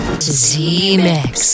Z-Mix